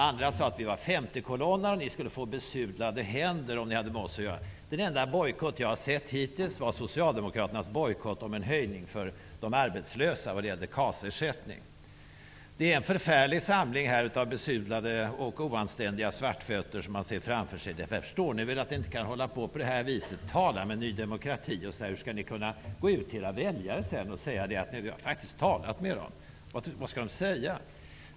Andra sade att vi var femtekolonnare och att de skulle få besudlade händer om de hade med oss att göra. Den enda bojkott som jag hittills har sett var Det är en förfärlig samling av besudlade och oanständiga svartfötter som man ser framför sig. Det förstår ni väl att ni inte kan tala med Ny demokrati på det här viset? Hur skall ni sedan kunna gå ut till era väljare och säga att ni faktiskt har talat med oss? Vad skall de säga?